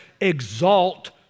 exalt